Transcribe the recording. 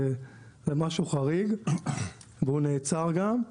זה משהו חריג והוא נעצר גם.